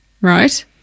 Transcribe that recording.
right